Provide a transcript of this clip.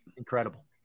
Incredible